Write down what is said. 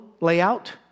layout